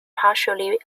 partially